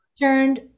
turned